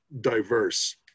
diverse